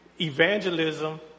Evangelism